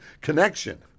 connection